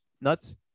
nuts